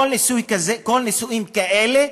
כל נישואין כאלה,